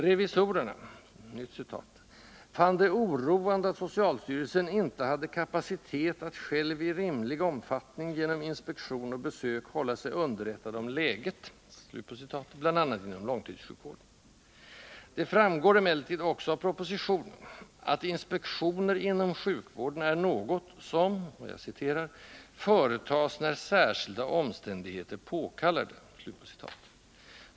Revisorerna ”fann det oroande att socialstyrelsen inte hade kapacitet att själv i rimlig omfattning genom inspektion och besök hålla sig underrättad om läget”, bl.a. inom långtidssjukvården. Det framgår emellertid också av propositionen att inspektioner inom sjukvården är något som företas ”då särskilda omständigheter påkallar det”.